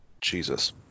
Jesus